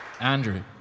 Andrew